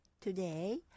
Today